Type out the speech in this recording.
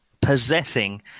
possessing